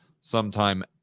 sometime